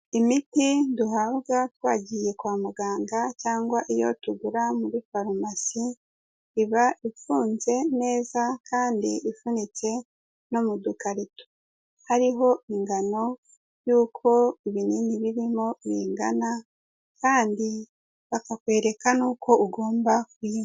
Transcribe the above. Imiti duhabwa twagiye kwa muganga cyangwa iyo tugura muri farumasi, iba ifunze neza kandi ifunitse no mu dukarito. Hariho ingano yuko ibinini birimo bingana, kandi bakakwereka nuko ugomba kuyinywa.